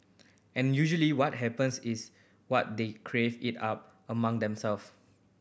and usually what happens is what they crave it up among themselves